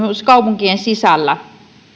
myös kaupunkien sisällä